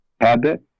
habit